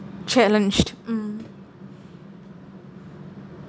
challenged mm